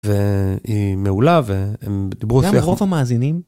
והיא מעולה והם דיברו, גם לרוב המאזינים.